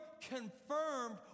confirmed